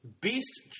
Beast